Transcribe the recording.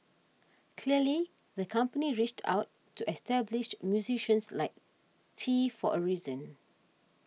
clearly the company reached out to established musicians like Tee for a reason